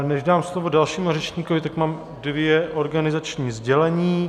Než dám slovo dalšímu řečníkovi, tak mám dvě organizační sdělení.